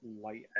light